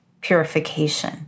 purification